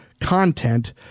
content